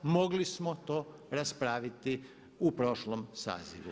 Mogli smo to raspraviti u prošlom sazivu.